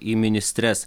į ministres